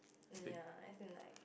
um ya as in like